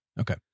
okay